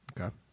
Okay